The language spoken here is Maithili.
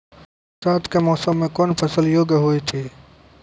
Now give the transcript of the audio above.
बरसात के मौसम मे कौन फसल योग्य हुई थी?